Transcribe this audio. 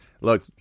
look